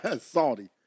salty